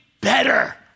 better